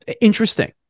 interesting